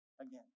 again